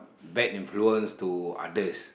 bad influence to others